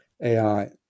AI